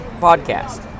podcast